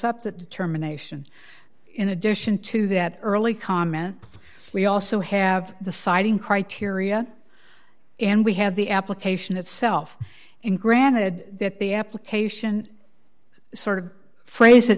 up that terminations in addition to that early comment we also have the citing criteria and we have the application itself and granted that the application sort of phrase it